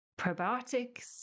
probiotics